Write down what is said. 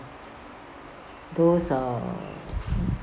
those err